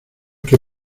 que